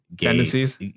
Tendencies